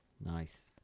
Nice